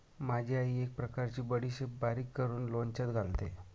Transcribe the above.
माझी आई एक प्रकारची बडीशेप बारीक करून लोणच्यात घालते